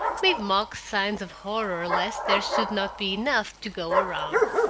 made mock signs of horror lest there should not be enough to go around.